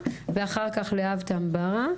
ואחר כך לאבטם בריה,